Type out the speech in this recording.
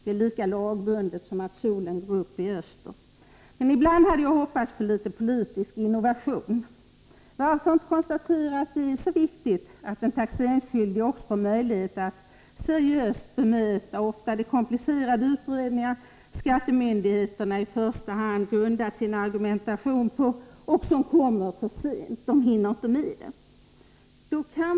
Det är lika lagbundet som att solen går upp i öster. Men jag hade hoppats på litet politisk innovation ibland. Varför inte konstatera att det är viktigt att den taxeringsskyldige också får möjlighet att seriöst bemöta de ofta komplicerade utredningar som skattemyndigheterna i första hand grundat sin argumentation på och som kommer för sent så att man inte hinner med?